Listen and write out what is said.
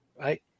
Right